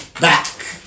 back